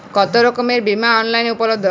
কতোরকমের বিমা অনলাইনে উপলব্ধ?